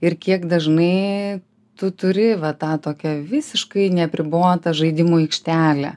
ir kiek dažnai tu turi va tą tokią visiškai neapribotą žaidimų aikštelę